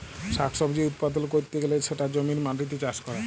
শাক সবজি উৎপাদল ক্যরতে গ্যালে সেটা জমির মাটিতে চাষ ক্যরে